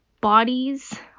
bodies